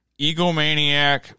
egomaniac